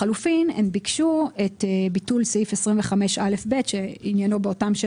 לחלופין הן ביקשו את ביטול סעיף 25א(ב) שעניינו באותן 6